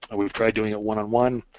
and we've tried doing it one on one,